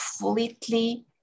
completely